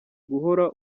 guhora